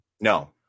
No